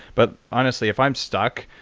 but honestly, if i'm stuck,